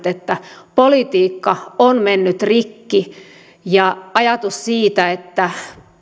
että politiikka on mennyt rikki ajatus siitä että